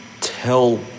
tell